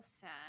sad